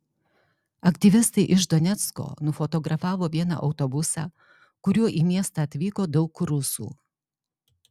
aktyvistai iš donecko nufotografavo vieną autobusą kuriuo į miestą atvyko daug rusų